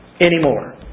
anymore